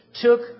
took